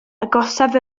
agosaf